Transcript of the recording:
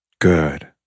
Good